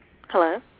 Hello